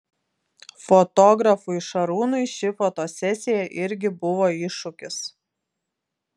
fotografui šarūnui ši fotosesija irgi buvo iššūkis